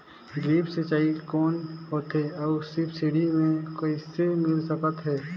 Drip सिंचाई कौन होथे अउ सब्सिडी मे कइसे मिल सकत हे?